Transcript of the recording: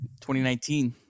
2019